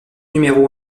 numéro